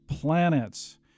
planets